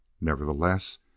Nevertheless